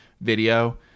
video